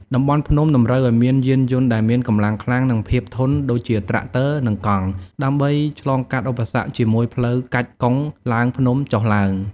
តំបន់ភ្នំតម្រូវឱ្យមានយានយន្តដែលមានកម្លាំងខ្លាំង និងភាពធន់ដូចជាត្រាក់ទ័រ និងកង់ ដើម្បីឆ្លងកាត់ឧបសគ្គជាមួយផ្លូវកាច់កុងឡើងភ្នំចុះភ្នំ។